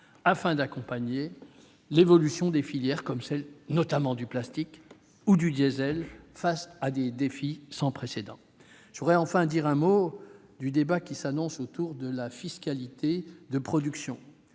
afin d'accompagner l'évolution des filières, notamment celle du plastique ou du diesel, face à des défis sans précédent. Je voudrais enfin dire un mot du débat qui s'annonce autour de la fiscalité de production.